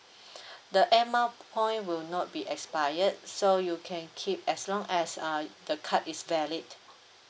the air mile point will not be expired so you can keep as long as uh the card is valid